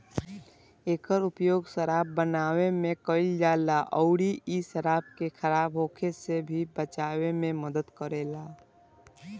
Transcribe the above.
एकर उपयोग शराब बनावे में कईल जाला अउरी इ शराब के खराब होखे से भी बचावे में मदद करेला